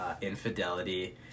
infidelity